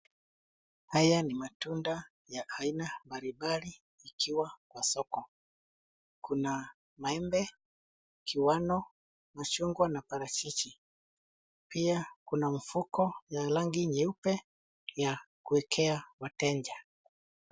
Haya ni matunda ya aina mbalimbali, ikiwa kwa soko. Kuna maembe, kiwano, machungwa, na parachichi. Pia, kuna mfuko ya rangi nyeupe, ya kuekea wateja.